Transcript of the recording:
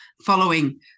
following